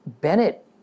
Bennett